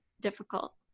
difficult